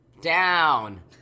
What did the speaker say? Down